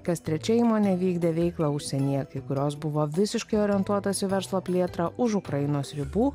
kas trečia įmonė vykdė veiklą užsienyje kai kurios buvo visiškai orientuotas į verslo plėtrą už ukrainos ribų